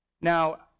Now